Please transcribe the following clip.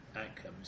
outcomes